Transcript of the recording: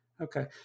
Okay